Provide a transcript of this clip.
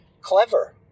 clever